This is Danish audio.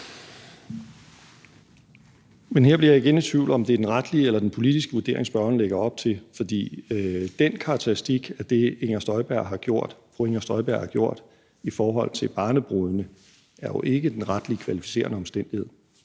Men her bliver jeg igen i tvivl om, hvorvidt det er den retlige eller den politiske vurdering, spørgeren lægger op til. For den karakteristik af det, fru Inger Støjberg har gjort i forhold til barnebrudene, er jo ikke den retligt kvalificerende omstændighed.